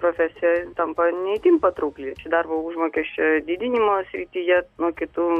profesija tampa ne itin patraukli darbo užmokesčio didinimo srityje nuo kitų